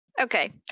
Okay